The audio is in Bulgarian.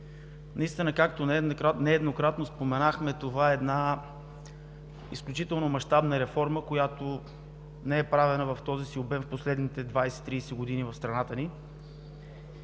Наистина, както нееднократно споменахме, това е една изключително мащабна реформа, която не е правена в този си обем в последните 20 – 30 години в страната ни.